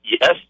Yes